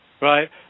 Right